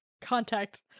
contact